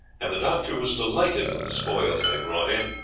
and the doctor was delighted with the spoils they brought in,